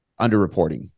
underreporting